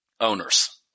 owners